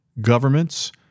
Governments